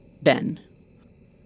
Ben